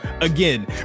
again